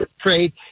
trade